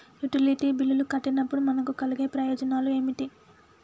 Utility బిల్లులు కట్టినప్పుడు మనకు కలిగే ప్రయోజనాలు ఏమిటి?